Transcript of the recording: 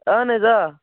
اَہَن حظ آ